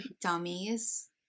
Dummies